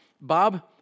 Bob